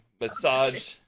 massage